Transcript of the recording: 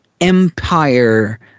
empire